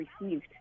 received